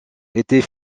était